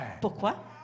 Pourquoi